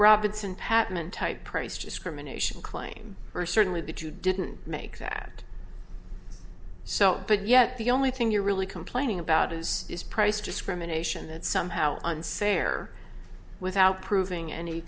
patman type price discrimination claim or certainly that you didn't make that so but yet the only thing you're really complaining about is is price discrimination that somehow unfair without proving any